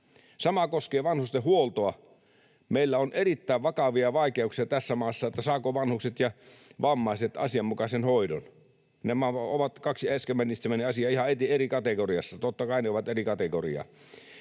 Sama koskee vanhustenhuoltoa. Meillä on erittäin vakavia vaikeuksia tässä maassa siinä, saavatko vanhukset ja vammaiset asianmukaisen hoidon. Nämä kaksi äsken mainitsemaani asiaa ovat ihan eri kategoriassa. Totta kai ne ovat eri kategoriaa,